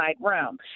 room